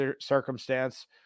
circumstance